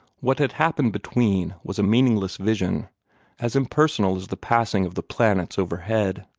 what had happened between was a meaningless vision as impersonal as the passing of the planets overhead.